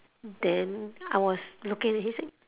then I was looking and he say